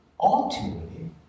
ultimately